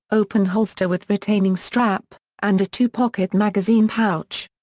open holster with retaining strap, and a two-pocket magazine pouch.